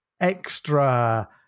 extra